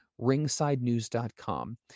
RingsideNews.com